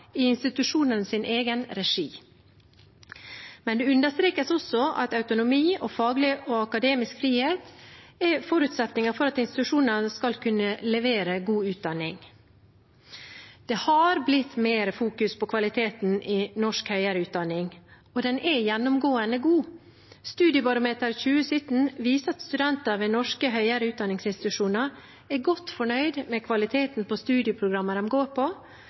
i institusjonenes egen regi. Men det understrekes også at autonomi og faglig og akademisk frihet er forutsetninger for at institusjonene skal kunne levere god utdanning. Det har blitt fokusert mer på kvaliteten i norsk høyere utdanning, og den er gjennomgående god. Studiebarometeret 2017 viser at studenter ved norske høyere utdanningsinstitusjoner er godt fornøyd med kvaliteten på studieprogrammet de går på,